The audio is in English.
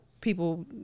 people